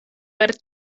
per